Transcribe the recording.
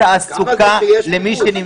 אנחנו מדברים על לתת תעסוקה למי שנמצא.